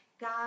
God